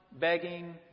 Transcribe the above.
begging